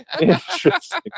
interesting